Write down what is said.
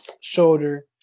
shoulder